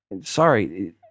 Sorry